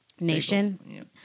nation